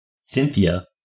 Cynthia